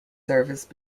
service